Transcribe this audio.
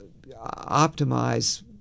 optimize